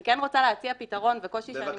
אני כן רוצה להציע פתרון וקושי שאני מזדהה --- בבקשה,